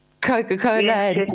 Coca-Cola